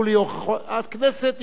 הכנסת הביעה את דעתה.